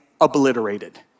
obliterated